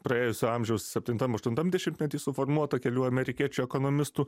praėjusio amžiaus septintam aštuntam dešimtmety suformuota kelių amerikiečių ekonomistų